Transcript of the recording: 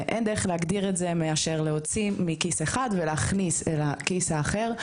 אין דרך להגדיר את זה מאשר להוציא מכיס אחד ולהכניס לכיס אחר.